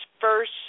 first